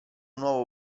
nuovo